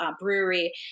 brewery